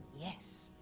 Yes